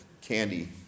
candy